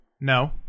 No